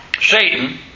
Satan